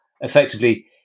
effectively